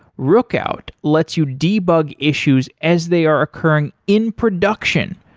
rookout lets you debug issues as they are occurring in production.